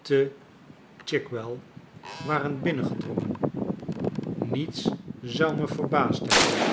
te chigwell warenbinnengedrongen niets zou me verbaasd hebben